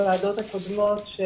אלימות.